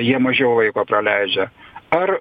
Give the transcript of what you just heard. jie mažiau laiko praleidžia ar